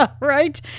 right